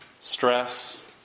stress